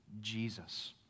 Jesus